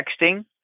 texting